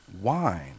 wine